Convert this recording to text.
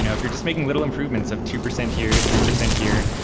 you know if you're just making little improvements of two percent here, three percent here,